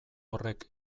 horrek